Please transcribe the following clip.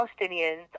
Palestinians